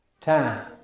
time